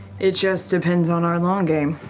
it just depends on our long game.